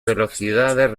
velocidades